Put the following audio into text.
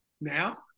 Now